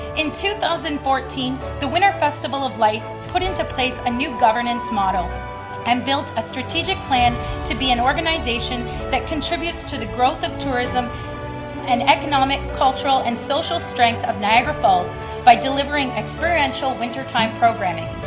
in two thousand and fourteen, the winter festival of lights put into place a new governance model and built a strategic plan to be an organization that contributes to the growth of tourism and economic, cultural and social strength of niagara falls by delivering experiential wintertime programming.